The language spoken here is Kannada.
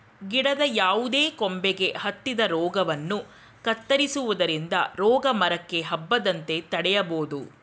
ಗಿಡದ ಯಾವುದೇ ಕೊಂಬೆಗೆ ಹತ್ತಿದ ರೋಗವನ್ನು ಕತ್ತರಿಸುವುದರಿಂದ ರೋಗ ಮರಕ್ಕೆ ಹಬ್ಬದಂತೆ ತಡೆಯಬೋದು